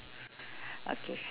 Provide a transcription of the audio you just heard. okay